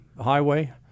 Highway